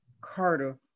Carter